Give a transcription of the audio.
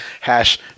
hash